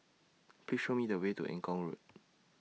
Please Show Me The Way to Eng Kong Road